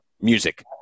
music